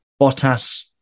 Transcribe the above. Bottas